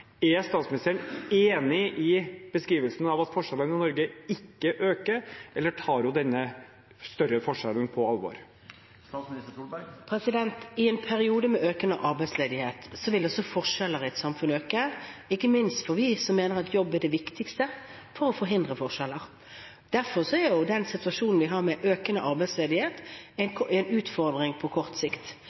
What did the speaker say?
Er statsministeren enig i beskrivelsen av at forskjellene i Norge ikke øker, eller tar hun den større forskjellen på alvor? I en periode med økende arbeidsledighet vil også forskjeller i et samfunn øke. Ikke minst derfor er det vi mener at jobb er det viktigste for å forhindre forskjeller. Derfor er situasjonen med økende arbeidsledighet en utfordring på kort sikt. Om det blir en utfordring på lang sikt,